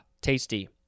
Tasty